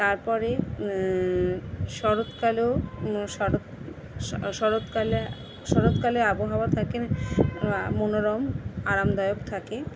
তারপরে শরৎকালেও শরৎ শ শরৎকালে শরৎকালে আবহাওয়া থাকে মনোরম আরামদায়ক থাকে